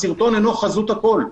הסרטון אינו חזות הכול.